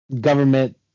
government